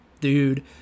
dude